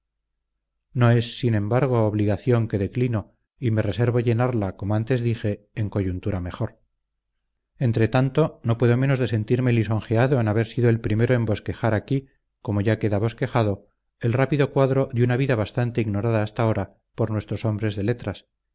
no es sin embargo obligación que declino y me reservo llenarla como antes dije en coyuntura mejor entre tanto no puedo menos de sentirme lisonjeado en haber sido el primero en bosquejar aquí como ya queda bosquejado el rápido cuadro de una vida bastante ignorada hasta ahora por nuestros hombres de letras